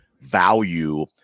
value